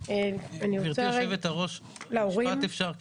אם אפשר,